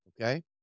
okay